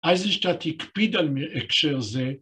אייזנשטט הקפיד על הקשר זה.